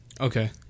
Okay